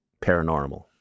paranormal